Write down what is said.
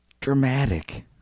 Dramatic